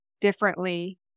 differently